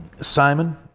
Simon